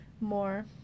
more